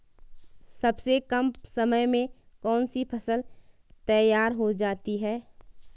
सबसे कम समय में कौन सी फसल तैयार हो जाती है?